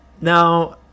now